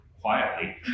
quietly